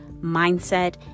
mindset